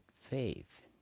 faith